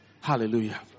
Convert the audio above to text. Hallelujah